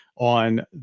On